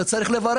זה צריך לברך.